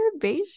Beige